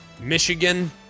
Michigan